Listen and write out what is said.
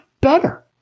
better